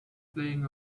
playing